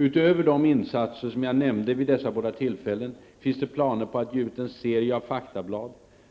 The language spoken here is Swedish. Utöver de insatser som jag nämnde vid dessa båda tillfällen finns det planer på att ge ut en serie av faktablad,